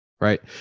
right